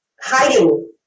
hiding